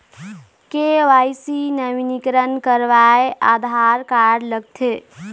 KYC नवीनीकरण करवाये Aadhaar card लगथे?